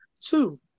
two